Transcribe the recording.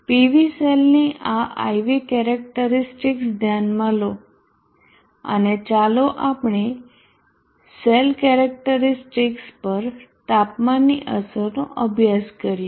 PV સેલની આ IV characteristics ધ્યાનમાં લો અને ચાલો આપણે સેલ કેરેક્ટરીસ્ટિકસ પર તાપમાનની અસરનો અભ્યાસ કરીએ